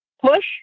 push